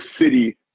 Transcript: city